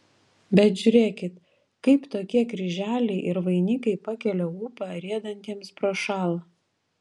bet žiūrėkit kaip tokie kryželiai ir vainikai pakelia ūpą riedantiems prošal